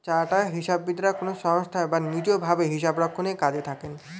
chartered হিসাববিদরা কোনো সংস্থায় বা নিজ ভাবে হিসাবরক্ষণের কাজে থাকেন